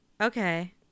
Okay